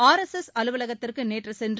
RSS அலுவலகத்திற்கு நேற்று சென்று